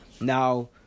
now